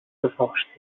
geforscht